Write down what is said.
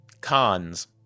Cons